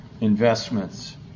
investments